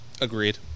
Agreed